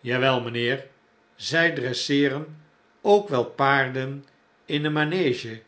ja wel mijnheer zij dresseeren ook wel paarden in de manege